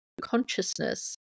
consciousness